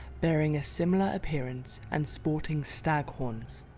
bearing a similar appearance, and sporting stag horns.